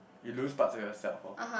you lose parts of yourself orh